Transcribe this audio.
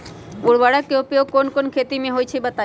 उर्वरक के उपयोग कौन कौन खेती मे होई छई बताई?